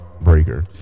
breaker